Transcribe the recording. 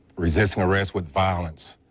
resisting arrest with violence.